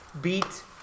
beat